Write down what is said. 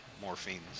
morphine